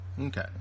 okay